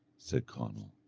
said conall,